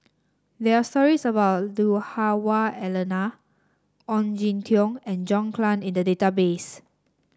there are stories about Lui Hah Wah Elena Ong Jin Teong and John Clang in the database